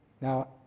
Now